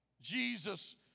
Jesus